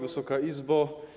Wysoka Izbo!